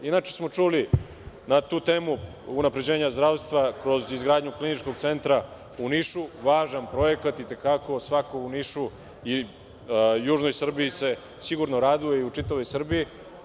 Inače, čuli smo na tu temu unapređenja zdravstva, kroz izgradnju Kliničkog centra u Nišu, važan projekat i te kako, svako u Nišu i južnoj Srbiji se sigurno raduje i u čitavoj Srbiji.